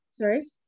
Sorry